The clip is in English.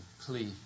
plea